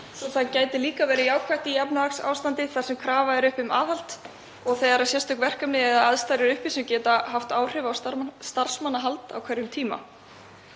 Það gæti líka verið jákvætt í efnahagsástandi þar sem krafa er uppi um aðhald og þegar sérstök verkefni eða aðstæður eru uppi sem geta haft áhrif á starfsmannahald á hverjum tíma.